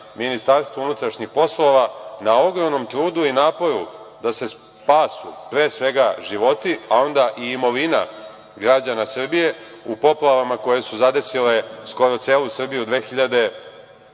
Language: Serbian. su odali priznanje MUP-u na ogromnom trudu i naporu da se spasu pre svega životi, a onda i imovina građana Srbije u poplavama koje su zadesile skoro celu Srbiju 2014.